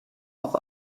auch